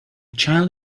child